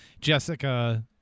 Jessica